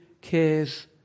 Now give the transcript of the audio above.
cares